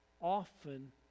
often